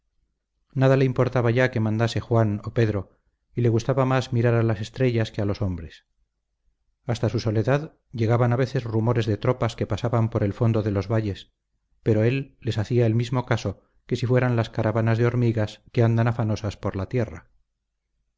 nada le importaba ya que mandase juan o pedro y le gustaba más mirar a las estrellas que a los hombres hasta su soledad llegaban a veces rumores de tropas que pasaban por el fondo de los valles pero él les hacía el mismo caso que si fueran las caravanas de hormigas que andan afanosas por la tierra